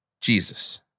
Jesus